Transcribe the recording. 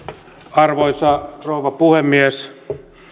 arvoisa rouva puhemies